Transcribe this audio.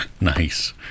Nice